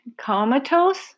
Comatose